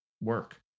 work